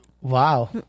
Wow